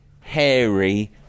hairy